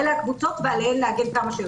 אלה הקבוצות ועליהן להגן כמה שיותר.